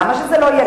למה שזה לא יהיה?